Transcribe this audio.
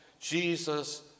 Jesus